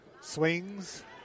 Swings